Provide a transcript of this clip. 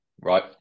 Right